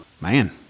Man